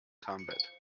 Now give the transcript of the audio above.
combat